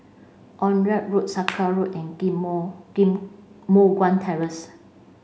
Onraet Road Sakra Road and Give Moh Give Moh Guan Terrace